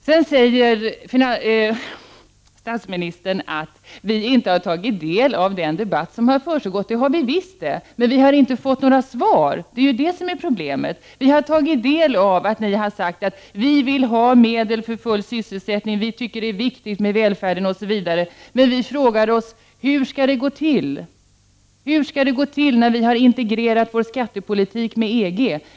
Sedan säger statsministern att vi inte har tagit del av den debatt som har försiggått. Det har vi visst gjort! Vi har bara inte fått några svar, och det är ju det som är problemet. Vi har tagit del av att ni har sagt att vi vill ha medel för full sysselsättning, att vi tycker att det är viktigt med välfärden osv. Men vi frågar oss: Hur skall detta gå till när vi har integrerat vår skattepolitik med EG:s politik?